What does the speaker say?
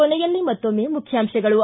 ಕೊನೆಯಲ್ಲಿ ಮತ್ತೊಮ್ಮೆ ಮುಖ್ಯಾಂಶಗಳು